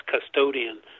custodian